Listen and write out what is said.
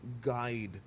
guide